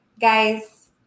guys